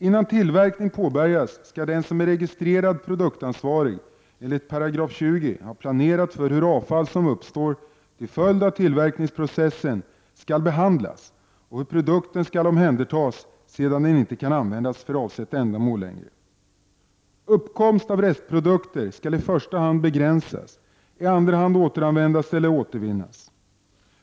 Innan tillverkning påbörjas, skall den som är registrerad produktansvarig enligt 20§ ha planerat för hur avfall som uppstår till följd av tillverkningsprocessen skall behandlas och hur produkten skall omhändertas sedan den inte kan användas för avsett ändamål längre. Uppkomst av restprodukter skall i första hand begränsas, i andra hand återanvändas eller återvinnas.